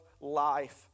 life